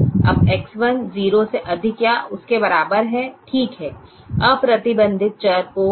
अब X1 0 से अधिक या उसके बराबर है ठीक है अप्रतिबंधित चर को